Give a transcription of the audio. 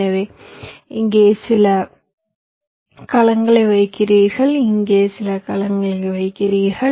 எனவே இங்கே சில கலங்களை வைக்கிறீர்கள் இங்கே சில கலங்களை வைக்கிறீர்கள்